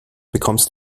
bekommst